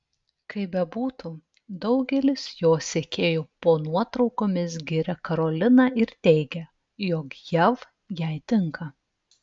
kaip bebūtų daugelis jos sekėjų po nuotraukomis giria karoliną ir teigia jog jav jai tinka